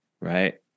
right